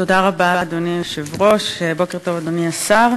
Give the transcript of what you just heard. תודה רבה, אדוני היושב-ראש, בוקר טוב, אדוני השר.